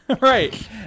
Right